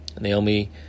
Naomi